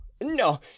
no